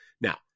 Now